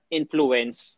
influence